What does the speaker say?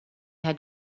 had